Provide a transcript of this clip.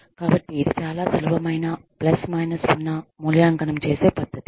కాబట్టి ఇది చాలా సులభమైన ప్లస్ మైనస్ ఉన్న మూల్యాంకనం చేసే పద్ధతి